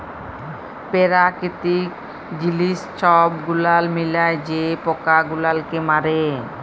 পেরাকিতিক জিলিস ছব গুলাল মিলায় যে পকা গুলালকে মারে